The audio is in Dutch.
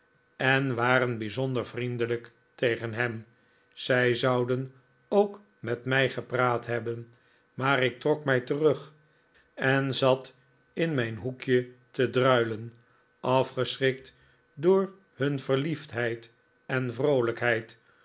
en waren bijzonder vriendelijk tegen hem zij zouden ook met mij gepraat hebben maar ik trok mij terug en zat in mijn hoekje te druilen afgeschrikt door hun verliefdheid en vroolijkheid